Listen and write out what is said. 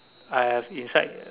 I have inside the